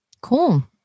Cool